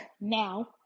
now